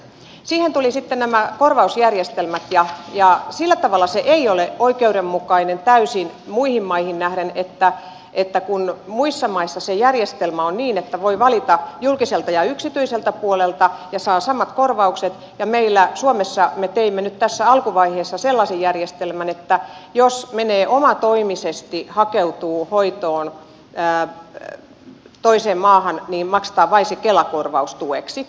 siihen tulivat sitten nämä korvausjärjestelmät ja sillä tavalla ne eivät ole täysin oikeudenmukaisia muihin maihin nähden että kun muissa maissa se järjestelmä on niin että voi valita julkiselta ja yksityiseltä puolelta ja saa samat korvaukset meillä suomessa me teimme nyt tässä alkuvaiheessa sellaisen järjestelmän että jos omatoimisesti hakeutuu hoitoon toiseen maahan niin maksetaan vain se kela korvaus tueksi